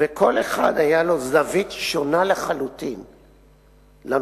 וכל אחד היתה לו זווית שונה לחלוטין לנושא.